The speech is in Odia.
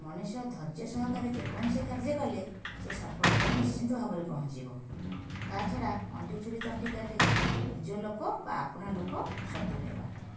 ମଣିଷ ଧର୍ଯ୍ୟ ସହକାରେ ଯେକୌଣସି କାର୍ଯ୍ୟ କଲେ ସେ ସଫଳତାରେ ନିଶ୍ଚିତ ଭାବରେ ପହଞ୍ଚିବ ତା' ଛଡ଼ା ଅଣ୍ଟି ଛୁରୀ ତଣ୍ଟି କାଟେ ନିଜ ଲୋକ ବା ଆପଣା ଲୋକ ଶତ୍ରୁ ହେବା